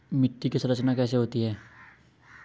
मिट्टी की संरचना कैसे होती है?